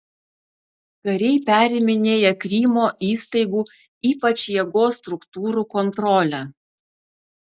kariai periminėja krymo įstaigų ypač jėgos struktūrų kontrolę